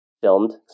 filmed